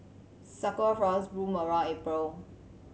sakura flowers bloom around April